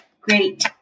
great